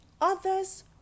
Others